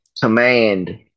command